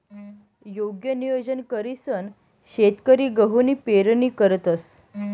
योग्य नियोजन करीसन शेतकरी गहूनी पेरणी करतंस